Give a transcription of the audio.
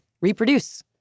reproduce